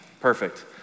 perfect